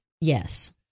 Yes